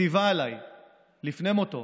ציווה עליי לפני מותו